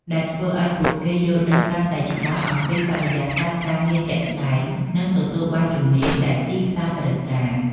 ដែលធ្វើឱ្យពួកគេយល់ដឹងកាន់តែច្បាស់អំពីបរិយាកាសការងារជាក់ស្តែង និងទទួលបានជំនាញដែលទីផ្សារត្រូវការ។